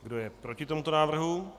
Kdo je proti tomuto návrhu?